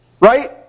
right